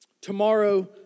tomorrow